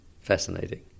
fascinating